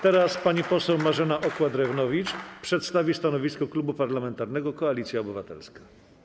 Teraz pani poseł Marzena Okła-Drewnowicz przedstawi stanowisko Klubu Parlamentarnego Koalicja Obywatelska.